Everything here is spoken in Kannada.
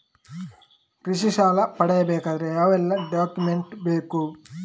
ಕೃಷಿ ಸಾಲ ಪಡೆಯಬೇಕಾದರೆ ಯಾವೆಲ್ಲ ಡಾಕ್ಯುಮೆಂಟ್ ಬೇಕು?